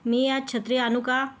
मी आज छत्री आणू का